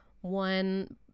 one